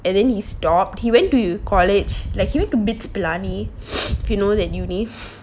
and then he stopped he went to college like he went to BITS Palani is you know that uni